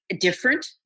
different